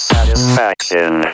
Satisfaction